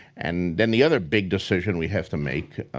and then the other big decision we have to make